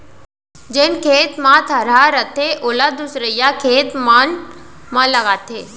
जेन खेत म थरहा रथे ओला दूसरइया खेत मन म लगाथें